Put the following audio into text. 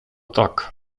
tak